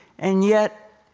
and yet,